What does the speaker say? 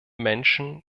menschen